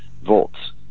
volts